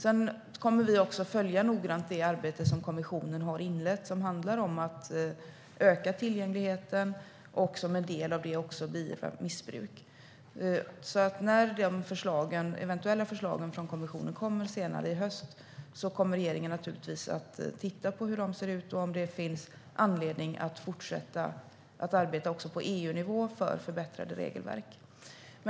Vi kommer också noggrant att följa det arbete som kommissionen har inlett som handlar om att öka tillgängligheten och som en del av det också beivra missbruk. När de eventuella förslagen från kommissionen kommer senare i höst kommer regeringen att titta på hur de ser ut och om det finns anledning att fortsätta att arbeta också på EU-nivå för förbättrade regelverk.